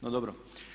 No, dobro.